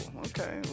Okay